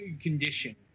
condition